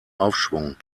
aufschwung